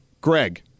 Greg